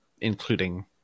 including